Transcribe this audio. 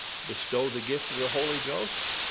bestow the gift of the holy ghost,